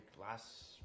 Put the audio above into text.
last